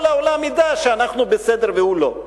כל העולם ידע שאנחנו בסדר והוא לא.